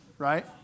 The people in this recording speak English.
Right